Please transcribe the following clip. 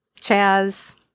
Chaz